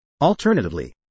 Alternatively